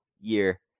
year